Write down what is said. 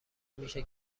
میشه